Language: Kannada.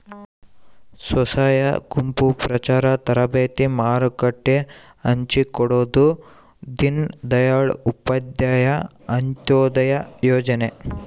ಸ್ವಸಹಾಯ ಗುಂಪು ಪ್ರಚಾರ ತರಬೇತಿ ಮಾರುಕಟ್ಟೆ ಹಚ್ಛಿಕೊಡೊದು ದೀನ್ ದಯಾಳ್ ಉಪಾಧ್ಯಾಯ ಅಂತ್ಯೋದಯ ಯೋಜನೆ